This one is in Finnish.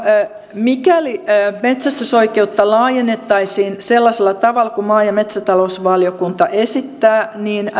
mikäli metsästysoikeutta laajennettaisiin sellaisella tavalla kuin maa ja metsätalousvaliokunta esittää